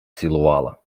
цілувала